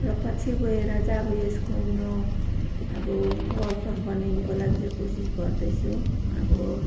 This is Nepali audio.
र पछि गएर चाहिँ अब यसको म अब वर्कर बनिनुको लागि चाहिँ कोशिष गर्दैछु अब